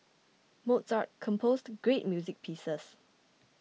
Mozart composed great music pieces